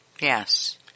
Yes